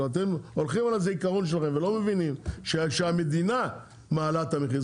אתם הולכים על העקרון שלכם ולא מבינים שהמדינה מעלה את המחיר.